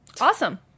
Awesome